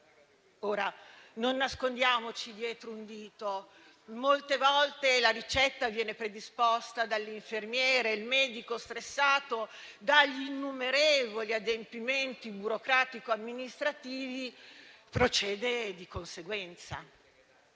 Ora, non nascondiamoci dietro un dito: molte volte la ricetta viene predisposta dall'infermiere. E il medico, stressato dagli innumerevoli adempimenti burocratico- amministrativi, procede di conseguenza.